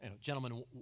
gentlemen